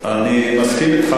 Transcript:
אני מסכים אתך,